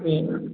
जी